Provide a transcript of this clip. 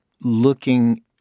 looking